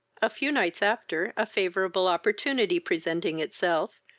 a few nights after, a favourable opportunity presenting itself,